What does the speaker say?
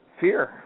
Fear